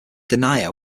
denier